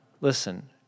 listen